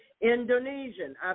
Indonesian